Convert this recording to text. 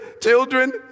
children